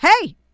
Hey